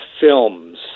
films